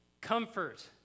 ...comfort